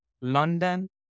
London